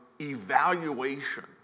evaluation